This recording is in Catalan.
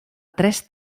tres